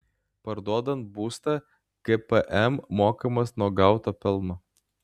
parduodant būstą gpm mokamas nuo gauto pelno